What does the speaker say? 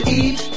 eat